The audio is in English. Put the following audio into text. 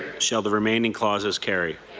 shall the remaining clauses carry?